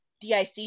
DIC